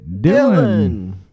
Dylan